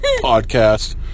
podcast